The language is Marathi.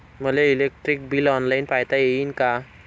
मले इलेक्ट्रिक बिल ऑनलाईन पायता येईन का?